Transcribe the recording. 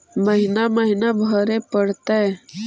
महिना महिना भरे परतैय?